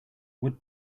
would